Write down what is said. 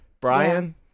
Brian